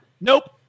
Nope